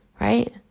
right